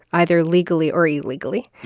either legally or illegally,